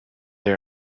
they